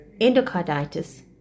endocarditis